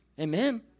Amen